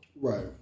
Right